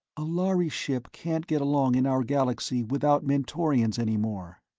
a lhari ship can't get along in our galaxy without mentorians any more!